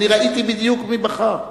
אני ראיתי בדיוק מי בחר.